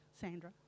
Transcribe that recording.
Sandra